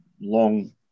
long